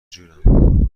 جورم